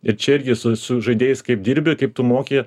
ir čia irgi su su žaidėjais kaip dirbi kaip tu moki